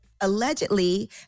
Allegedly